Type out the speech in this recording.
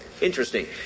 Interesting